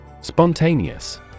spontaneous